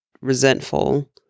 resentful